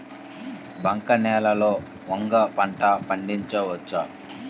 బంక నేలలో వంగ పంట పండించవచ్చా?